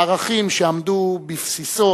הערכים שעמדו בבסיסו